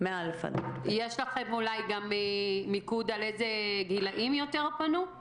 יש לכם מיקוד איזה גילאים יותר פנו?